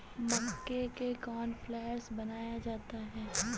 मक्के से कॉर्नफ़्लेक्स बनाया जाता है